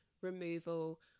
removal